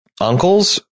uncles